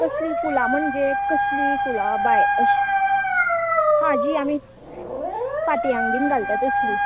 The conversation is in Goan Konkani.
करली फुलां म्हणजे कसली फुलां बाय अश आं हाजी आमी फातयांक बीन घालता तसली